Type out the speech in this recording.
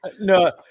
No